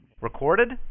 Recorded